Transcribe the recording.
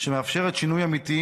שמאפשרת שינוי אמיתי,